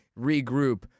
regroup